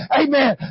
amen